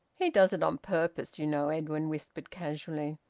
he does it on purpose, you know, edwin whispered casually.